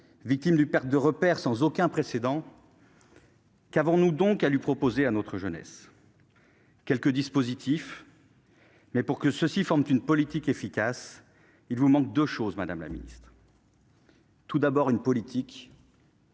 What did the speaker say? victime d'une perte de repères sans aucun précédent. Qu'avons-nous donc à proposer à notre jeunesse ? Quelques dispositifs, mais, pour que ceux-ci forment une politique efficace, il vous manque deux choses, madame la secrétaire d'État : d'une part, une politique,